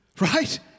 right